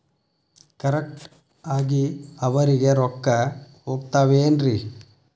Correct ಆಗಿ ಅವರಿಗೆ ರೊಕ್ಕ ಹೋಗ್ತಾವೇನ್ರಿ?